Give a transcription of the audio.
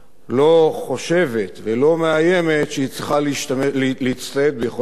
לא חושבת ולא מאיימת שהיא צריכה להצטייד ביכולת גרעינית.